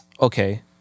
Okay